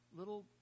little